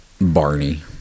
Barney